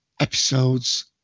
episodes